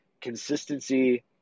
consistency